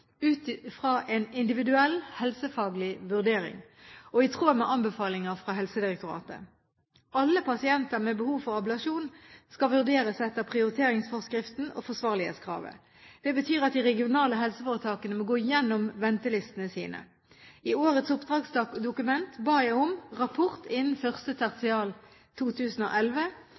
ut fra en individuell helsefaglig vurdering, og i tråd med anbefalinger fra Helsedirektoratet. Alle pasienter med behov for ablasjon skal vurderes etter prioriteringsforskriften og forsvarlighetskravet. Det betyr at de regionale helseforetakene må gå gjennom ventelistene sine. I årets oppdragsdokument ba jeg om rapport innen første tertial 2011.